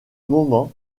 moment